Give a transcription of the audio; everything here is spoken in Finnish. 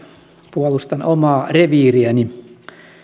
puolustan omaa reviiriäni